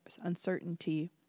uncertainty